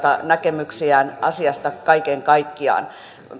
näkemyksiään asiasta kaiken kaikkiaan